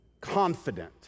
Confident